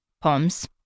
poems